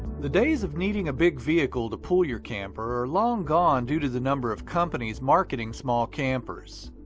the days of needing a big vehicle to pull your camper are long gone due to the number of companies marketing small campers.